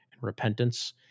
repentance